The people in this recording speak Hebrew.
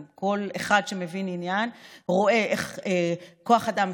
כל אחד שמבין עניין רואה איך כוח האדם,